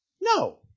No